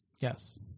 Yes